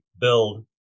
build